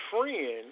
friend